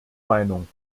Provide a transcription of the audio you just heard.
meinung